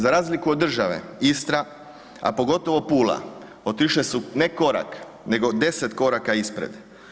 Za razliku od države, Istra, a pogotovo Pula otišle su ne korak nego 10 koraka ispred.